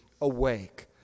awake